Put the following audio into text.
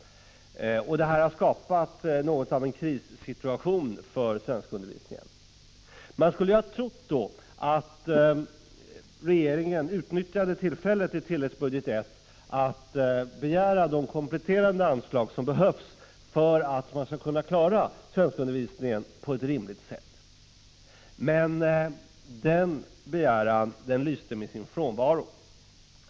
Detta har skapat något av en krissituation för svenskundervisningen. Man trodde då att regeringen skulle utnyttja tillfället att i tilläggsbudget I begära de kompletterande anslag som behövs för att man skall klara svenskundervisningen på ett rimligt sätt. Men något sådant förslag finns inte i propositionen.